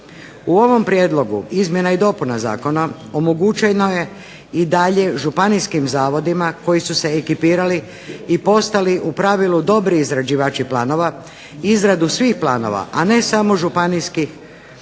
U ovom prijedlogu izmjena i dopuna zakona omogućeno je i dalje županijskim zavodima koji su se ekipirali i postali u pravilu dobri izrađivači planova izradu svih planova, a ne samo županijski